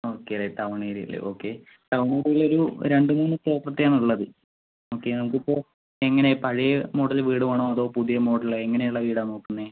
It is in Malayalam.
ഓക്കെ റൈറ്റ് ടൗൺ ഏരിയയില് ഓക്കെ ടൗൺ ഏരിയയിൽ ഒരു രണ്ടു മൂന്നു പ്രോപ്പർട്ടിയാണുള്ളത് ഓക്കെ നമുക്കിപ്പോൾ എങ്ങനെയാണ് പഴയ മോഡൽ വീട് വേണോ അതോ പുതിയ മോഡൽ എങ്ങനെയുള്ള വീടാണ് നോക്കുന്നത്